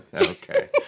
Okay